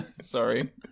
Sorry